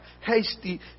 hasty